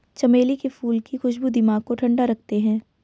चमेली के फूल की खुशबू दिमाग को ठंडा रखते हैं